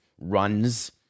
runs